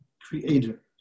creator